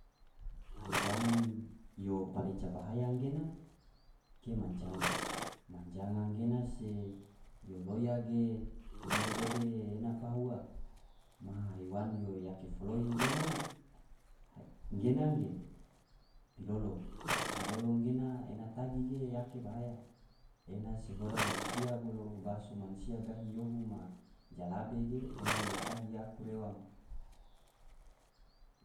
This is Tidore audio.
Haiwan yo paleca bahaya gena ge manjanga, manjanga gena se yo loya ge ngone dode ena paha ua, maha haiwan yo yake foloi gena ge bilolo, bilolo gena ena tagi ge ena yake bahaya ena se hoda mansia bolo baso mansia gahi yohu ma jalabe ge ena yo tagi aku rewa ma.